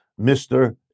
Mr